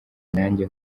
nanjye